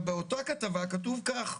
באותה כתבה כתוב כך: